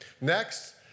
Next